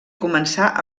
començà